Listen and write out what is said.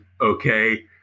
okay